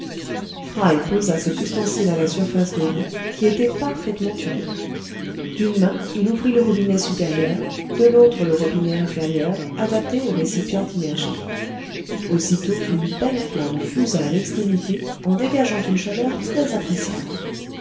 fry posa cet ustensile à la surface de l'eau qui était parfaitement unie d'une main il ouvrit le robinet supérieur de l'autre le robinet inférieur adapté au récipient immergé aussitôt une belle flamme fusa à l'extrémité en dégageant une chaleur très appréciable